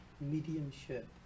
mediumship